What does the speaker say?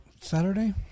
Saturday